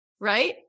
Right